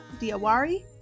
Diawari